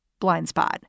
Blindspot